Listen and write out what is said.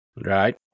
Right